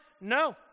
No